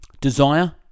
Desire